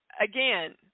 again